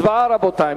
הצבעה, רבותי.